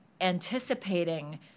anticipating